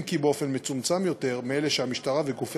אם כי באופן מצומצם יותר מאלה שהמשטרה וגופי